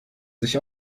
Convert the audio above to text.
sich